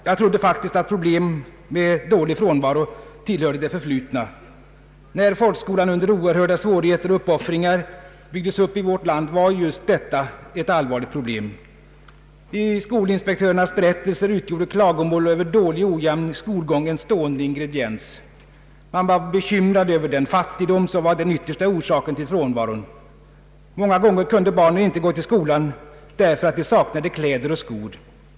Jag trodde faktiskt att problem med dålig närvaro tillhörde det förflutna. När folkskolan under oerhörda svårigheter och uppoffringar byggdes upp i vårt land var detta ett allvarligt problem. I folkskoleinspektörernas berättelser utgjorde klagomål över dålig och ojämn skolgång en stående ingrediens. Man var bekymrad över den fattigdom som var den yttersta orsaken till frånvaron. Många gånger kunde barnen inte gå till skolan därför att de saknade kläder och skor.